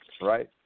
right